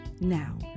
Now